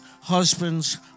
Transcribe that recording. husbands